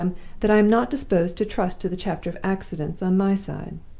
that i am not disposed to trust to the chapter of accidents on my side.